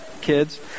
kids